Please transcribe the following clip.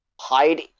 hide